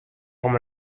como